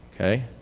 Okay